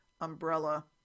umbrella